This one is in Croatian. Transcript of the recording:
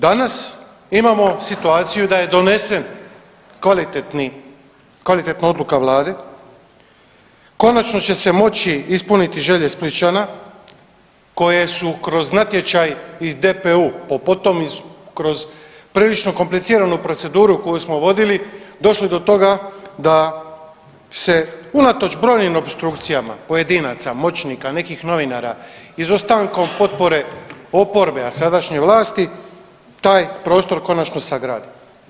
Danas imamo situaciju da je donesen kvalitetna odluka Vlade, konačno će se moći ispuniti želje Splićana koje su kroz natječaj i DPU po potom kroz prilično kompliciranu proceduru koju smo vodili, došli do toga da se unatoč brojnim opstrukcijama pojedinaca, moćnika, nekih novinara, izostankom potpore oporbe, a sadašnje vlasti, taj prostor konačno sagradi.